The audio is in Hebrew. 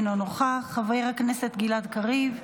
אינו נוכח, חבר הכנסת גלעד קריב,